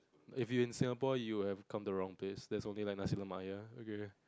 if you in Singapore you have come to wrong place there is only like nasi-lemak here okay